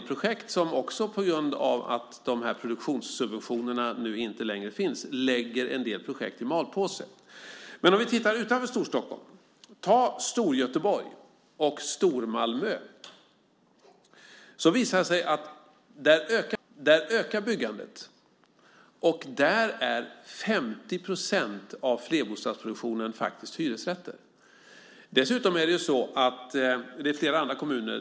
På grund av de produktionssubventioner som inte längre finns läggs givetvis också en del projekt i malpåse. Låt oss se utanför Storstockholm. Låt oss se på Storgöteborg och Stormalmö. Det visar sig att byggandet där ökar, och 50 procent av flerbostadsproduktionen är hyresrätter. Vi ser samma mönster även i flera andra kommuner.